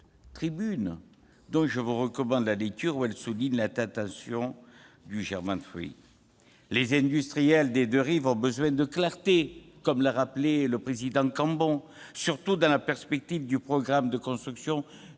tribune dont je vous recommande la lecture- elle y souligne la « tentation du ». Les industriels des deux rives ont besoin de clarté, comme l'a rappelé le président Cambon, surtout dans la perspective du programme de construction